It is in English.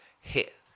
hit